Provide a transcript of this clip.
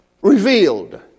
revealed